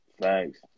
Thanks